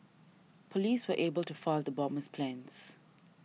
police were able to foil the bomber's plans